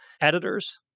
editors